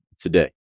today